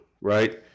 right